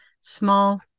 small